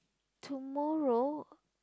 tomorrow